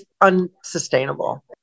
unsustainable